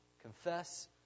Confess